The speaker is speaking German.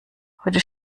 heute